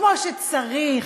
כמו שצריך,